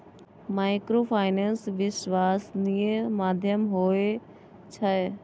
Microfinance विश्वासनीय माध्यम होय छै?